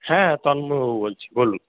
হ্যাঁ তন্ময়বাবু বলছি বলুন